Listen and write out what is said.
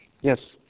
yes